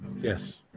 Yes